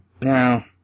now